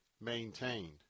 maintained